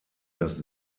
das